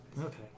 Okay